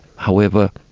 however,